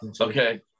Okay